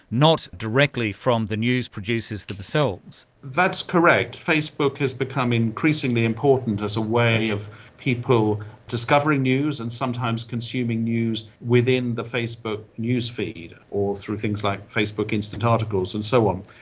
not directly from the news producers themselves. that's correct. facebook has become increasingly important as a way of people discovering news and sometimes consuming news within the facebook newsfeed or through things like facebook instant articles and so on.